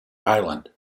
island